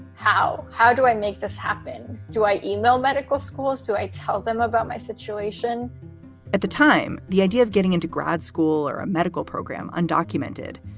how how do i make this happen? do i email medical schools to tell them about my situation at the time, the idea of getting into grad school or a medical program undocumented,